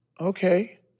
okay